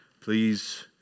please